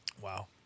Wow